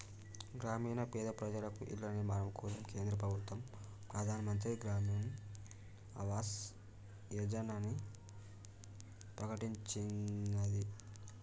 గ్రామీణ పేద ప్రజలకు ఇళ్ల నిర్మాణం కోసం కేంద్ర ప్రభుత్వం ప్రధాన్ మంత్రి గ్రామీన్ ఆవాస్ యోజనని ప్రకటించినాది